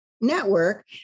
network